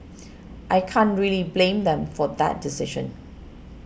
I can't really blame them for that decision